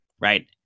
right